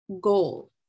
goal